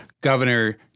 Governor